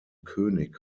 könig